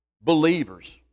believers